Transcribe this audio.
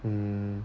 mm